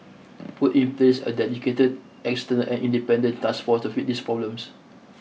put in place a dedicated external and independent task force to fix these problems